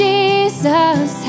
Jesus